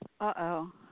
Uh-oh